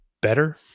better